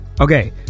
Okay